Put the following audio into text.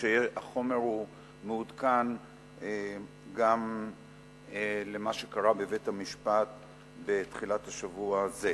החומר מעודכן גם במה שקרה בבית-המשפט בתחילת השבוע הזה.